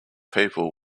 people